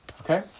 Okay